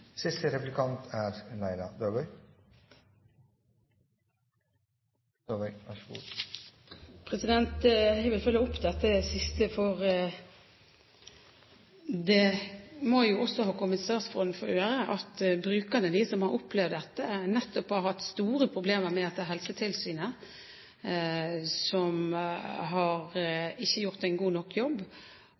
siste, for det må jo også ha kommet statsråden for øre at brukerne, de som har opplevd dette, nettopp har hatt store problemer med at det er Helsetilsynet som ikke har gjort en god nok jobb.